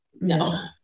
no